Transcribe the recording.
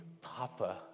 Papa